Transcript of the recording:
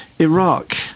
Iraq